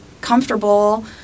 comfortable